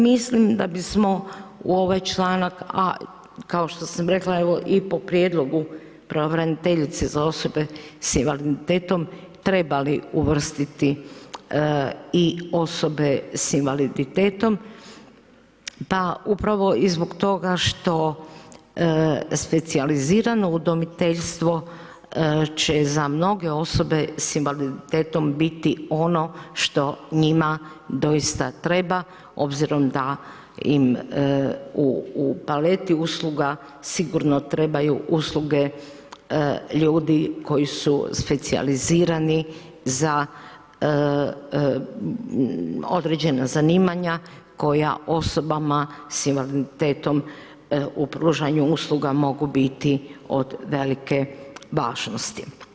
Mislim da bismo u ovaj članak, kao što sam rekla i po prijedlogu pravobraniteljice za osobe s invaliditetom trebali uvrstiti i osobe s invaliditetom pa upravo i zbog toga što specijalizirano udomiteljstvo će za mnoge osobe s invaliditetom biti ono što njima doista treba obzirom da im u paleti usluga sigurno trebaju usluge ljudi koji su specijalizirani za određena zanimanja koja osobama s invaliditetom u pružanju usluga mogu biti od velike važnosti.